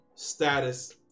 Status